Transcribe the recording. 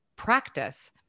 practice